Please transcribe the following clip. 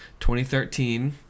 2013